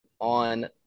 on